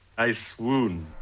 i swoon.